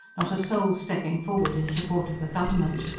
not a soul stepping forward in support of the government.